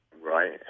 right